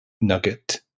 nugget